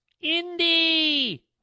Indy